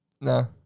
No